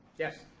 yes.